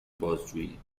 بازجویی